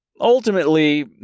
Ultimately